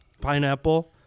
Pineapple